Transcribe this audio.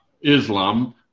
Islam